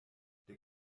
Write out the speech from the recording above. der